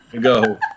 go